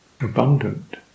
abundant